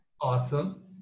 Awesome